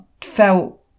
felt